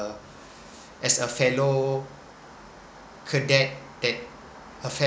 as a fellow cadet that a